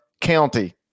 County